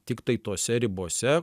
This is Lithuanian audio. tiktai tose ribose